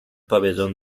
pabellón